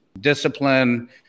discipline